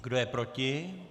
Kdo je proti?